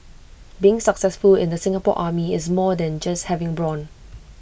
being successful in the Singapore army is more than just having brawn